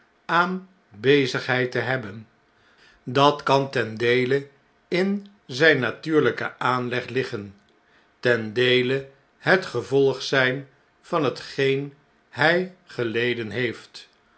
aan bezigheid te hebben dat kan ten deele in zijn natuurlijken aanleg liggen ten deele het gevolg zijn van hetgeen hij geleden heeft